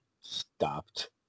stopped